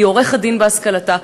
היא עורכת-דין בהשכלתה,